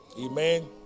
Amen